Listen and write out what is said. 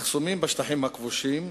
מחסומים בשטחים הכבושים.